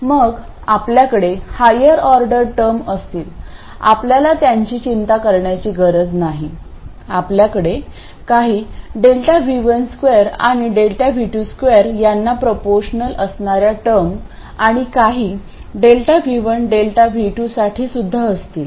आणि मग आपल्याकडे हायर ऑर्डर टर्म असतील आपल्याला त्यांची चिंता करण्याची गरज नाही आपल्याकडे काही ΔV12 आणि ΔV22 यांना प्रपोर्शनल असणाऱ्या टर्म आणि काही ΔV1 ΔV2 साठी सुद्धा असतील